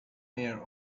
mayor